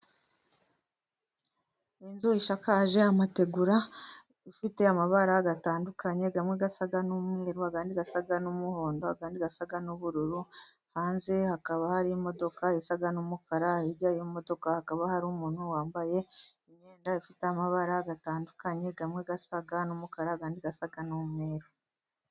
Inzu isakaje amategura ifite amabara atandukanye, amwe asa n'umweru, ayandi asa n'umuhondo, ayandi asa n'ubururu. Hanze hakaba hari imodoka isa n'umukara, hirya y'iyo modoka hakaba hari umuntu wambaye imyenda ifite amabara atandukanye, amwe asa n'umukara, ayandi asa n'umweru.